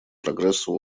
прогрессу